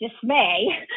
dismay